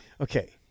Okay